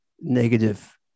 negative